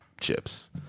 chips